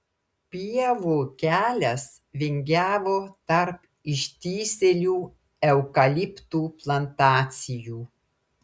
pievų kelias vingiavo tarp ištįsėlių eukaliptų plantacijų